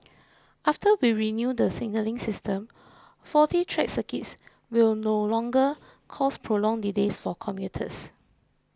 after we renew the signalling system faulty track circuits will no longer cause prolonged delays for commuters